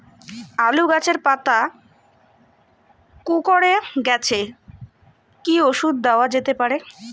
আলু গাছের পাতা কুকরে গেছে কি ঔষধ দেওয়া যেতে পারে?